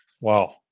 wow